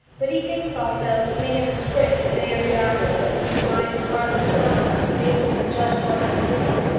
but he thinks also he may have destroyed it a day or two afterwards when his mind was hardly strong enough to enable him to judge of what he was doing.